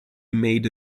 made